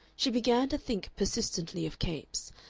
she began to think persistently of capes,